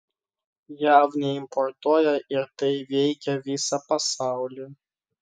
jav neimportuoja ir tai veikia visą pasaulį